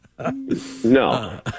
no